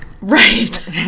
Right